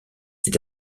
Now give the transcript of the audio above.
est